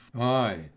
Aye